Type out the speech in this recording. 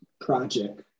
project